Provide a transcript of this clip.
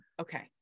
okay